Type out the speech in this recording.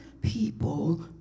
people